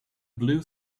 blue